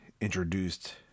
introduced